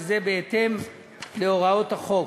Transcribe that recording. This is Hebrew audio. וזאת בהתאם להוראות החוק.